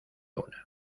una